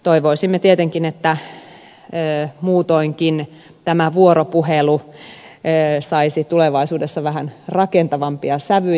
toivoisimme tietenkin että muutoinkin tämä vuoropuhelu saisi tulevaisuudessa vähän rakentavampia sävyjä